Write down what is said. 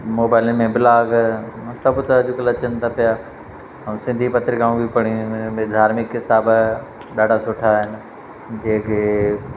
मोबाइलिन में ब्लाज़ सभ त अॼुकल्ह अचनि था पिया ऐं सिंधी पत्रिकाऊं बि पढ़ियूं इन ॿिए धार्मिक किताब ॾाढा सुठा आहिनि गे गे